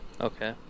Okay